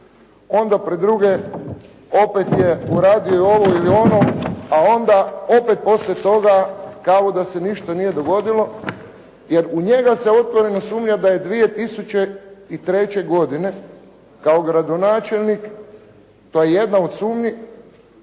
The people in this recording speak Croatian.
Onda pred druge opet je uradio ovo ili ono, a onda opet poslije toga kao da se ništa nije dogodilo jer u njega se otvoreno sumnja da je 2003. godine kao gradonačelnik, to je jedna od sumnji,